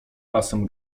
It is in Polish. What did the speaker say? basem